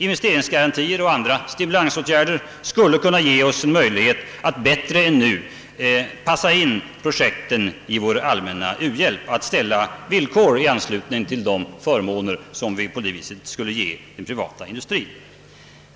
Investeringsgarantier och andra stimulansåtgärder skulle kunna ge oss en möjlighet att bättre än nu passa in projekten i vår allmänna u-hjälp genom att vi skulle kunna ställa villkor i anslutning till sådana förmåner.